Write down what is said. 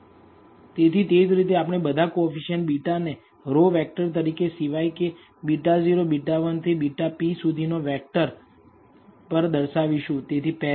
તેથી તે જ રીતે આપણે બધા કોએફીસીએંટ β ને રો વેક્ટર તરીકે સિવાય કે β0 β1 થી βp સુધીને વેક્ટર પર દર્શાવીશું